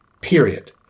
period